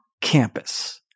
campus